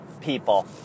people